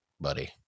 buddy